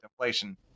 inflation